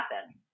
happen